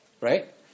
right